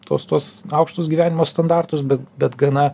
tuos tuos aukštus gyvenimo standartus bet gana